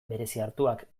bereziartuak